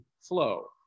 flow